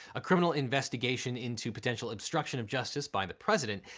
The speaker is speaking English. a criminal investigation into potential obstruction of justice by the president,